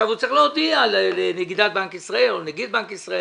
הוא צריך להודיע לנגידת בנק ישראל או לנגיד בנק ישראל,